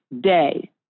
day